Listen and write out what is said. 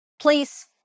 Please